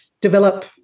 develop